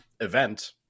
Event